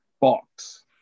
box